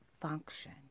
function